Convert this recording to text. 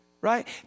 right